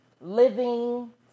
living